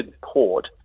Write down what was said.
port